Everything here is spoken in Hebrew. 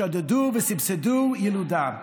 שעודדו וסבסדו ילודה.